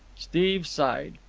steve sighed.